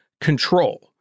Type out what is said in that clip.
control